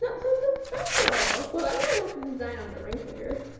yeah so it's like special. well everyone has the design on their ring finger.